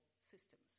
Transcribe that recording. systems